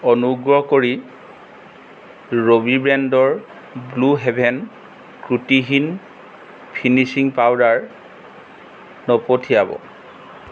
অনুগ্ৰহ কৰি ৰবি ব্ৰেণ্ডৰ বুলু হেভেন ত্ৰুটিহীন ফিনিচিং পাউদাৰ নপঠিয়াব